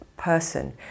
person